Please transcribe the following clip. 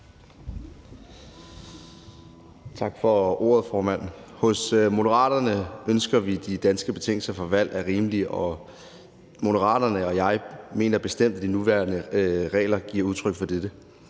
Tak for ordet, formand. Hos Moderaterne ønsker vi, at de danske betingelser for valg er rimelige, og Moderaterne og jeg mener bestemt, at de nuværende regler er udtryk for dette,